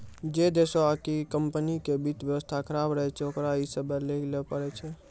जै देशो आकि कम्पनी के वित्त व्यवस्था खराब रहै छै ओकरा इ सेबा लैये ल पड़ै छै